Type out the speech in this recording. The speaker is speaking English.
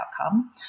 outcome